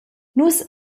nus